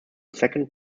second